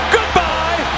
Goodbye